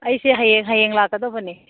ꯑꯩꯁꯦ ꯍꯌꯦꯡ ꯍꯌꯦꯡ ꯂꯥꯛꯀꯗꯕꯅꯤ